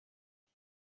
بگم